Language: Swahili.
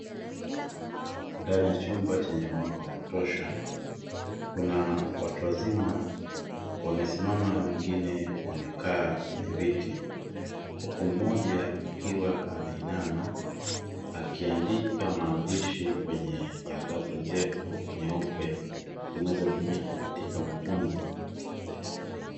Ndani ya chumba chenye mwanga wa kutosha, kuna watu wazima wamesimama na wengine wamekaa kwenye viti, huku mmoja akiwa ameinama akiandika maandishi kwenye karatasi ndefu nyeupe zinazotumika katika mafunzo.